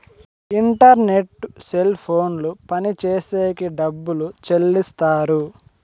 internet cell ఫోన్లు పనిచేసేకి డబ్బులు చెల్లిస్తారు